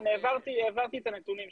העברתי את הנתונים שביקשתם.